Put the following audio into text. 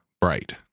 bright